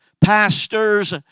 pastors